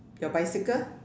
your bicycle